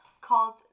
called